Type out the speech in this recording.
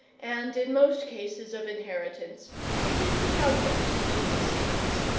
and in most cases of inheritance it is the youngest that succeeds.